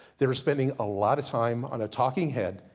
they were spending a lot of time on a talking head,